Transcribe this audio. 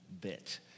bit